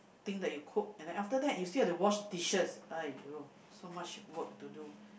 thing that you cook and then after that you still have to wash dishes !aiyo! so much work to do